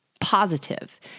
positive